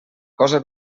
cosa